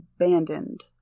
abandoned